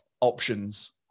options